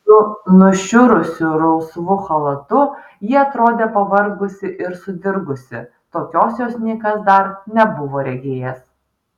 su nušiurusiu rausvu chalatu ji atrodė pavargusi ir sudirgusi tokios jos nikas dar nebuvo regėjęs